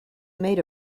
made